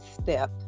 step